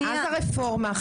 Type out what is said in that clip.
מאז הרפורמה,